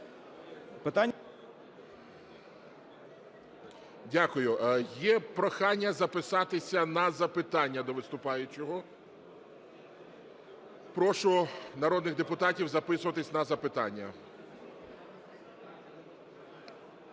Дякую. Є прохання записатися на запитання до виступаючого. Прошу народних депутатів записуватися на запитання.